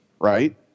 right